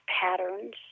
patterns